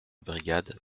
brigade